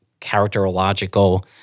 characterological